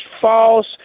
false